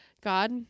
God